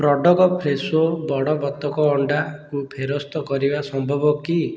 product Fresho ବଡ଼ ବତକ ଅଣ୍ଡାକୁ ଫେରସ୍ତ କରିବା ସମ୍ଭବ କି